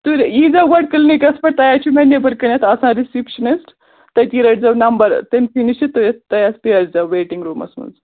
تہٕ ییٖزیو گۄڈٕ کٕلنِکَس پٮ۪ٹھ تَتٮ۪تھ چھُو مےٚ نٮ۪بٕر کَنٮ۪تھ آسان رِسِپشنٕسٹ تٔتی رٔٹۍزیٚو نمبر تٔمۍ سٕے نِش تُہۍ تُہۍ حظ پرٲرۍزیٚو ویٹِنٛگ روٗمَس منٛز